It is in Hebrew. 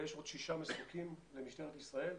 ויש עוד שישה מסוקים למשטרת ישראל,